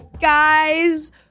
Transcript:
guys